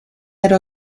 era